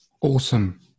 Awesome